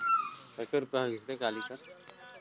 जेतना मैं खेत मे लगाए रहें ओला कायट कुइट के घलो कमाय डारें